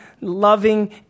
loving